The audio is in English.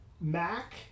Mac